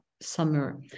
summer